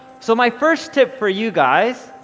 so, my first tip for you guys,